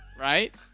Right